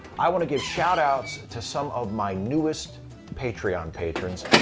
i want to give shoutouts to some of my newest patreon patrons!